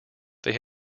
they